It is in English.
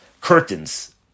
curtains